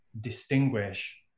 distinguish